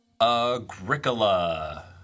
Agricola